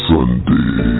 Sunday